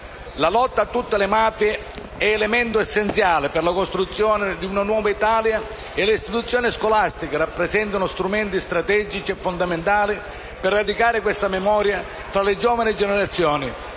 La lotta a tutte le mafie è elemento essenziale per la costruzione di una nuova Italia e le istituzioni scolastiche rappresentano strumenti strategici e fondamentali per radicare questa memoria fra le giovani generazioni,